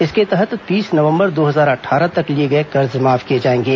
इसके तहत तीस नवंबर दो हजार अट्ठारह तक लिए गए कर्ज माफ किए जाएंगे